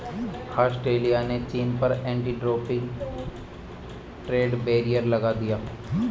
Australia ने चीन पर एंटी डंपिंग ट्रेड बैरियर लगा दिया